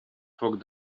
foc